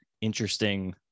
interesting